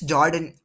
Jordan